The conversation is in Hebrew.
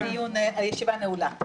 הישיבה נעולה.